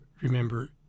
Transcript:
remember